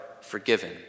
forgiven